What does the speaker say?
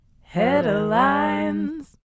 Headlines